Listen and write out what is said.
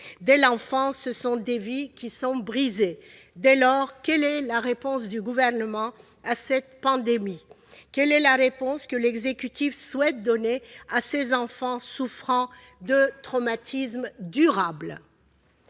Dès l'enfance, ce sont des vies brisées. Dès lors, quelle est la réponse du Gouvernement à cette pandémie ? Quelle réponse l'exécutif souhaite-t-il donner à ces enfants souffrant de traumatismes durables ?